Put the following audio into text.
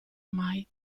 mai